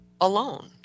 alone